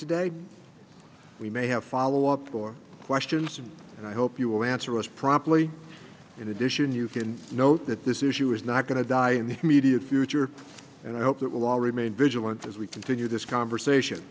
today we may have follow up for questions and i hope you will answer us promptly in addition you can note that this issue is not going to die in the media future and i hope that will remain vigilant as we continue this conversation